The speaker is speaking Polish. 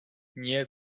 nie